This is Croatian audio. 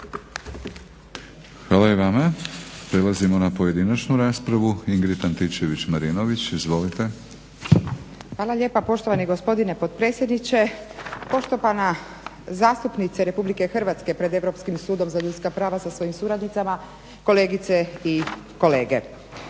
Hvala i vama. Prelazimo na pojedinačnu raspravu. Ingrid Antičević-Marinović. Izvolite. **Antičević Marinović, Ingrid (SDP)** Hvala lijepa poštovani gospodine potpredsjedniče, poštovana zastupnice Republike Hrvatske pred Europskim sudom za ljudska prava sa svojim suradnicama, kolegice i kolege.